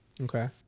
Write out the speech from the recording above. Okay